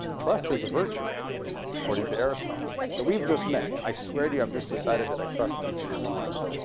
trust is a virtue according to aristotle. so we've just met. i swear to you i've just decided that i trust each and every one of you.